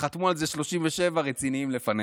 חתמו על זה 37 רציניים לפניך.